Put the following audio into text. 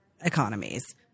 economies